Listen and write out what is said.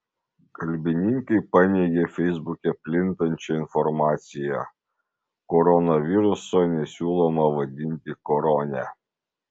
kalbininkai paneigė feisbuke plintančią informaciją koronaviruso nesiūloma vadinti korone